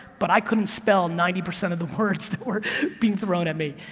but i couldn't spell ninety percent of the words that were being thrown at me.